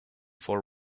for